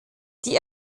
die